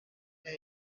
that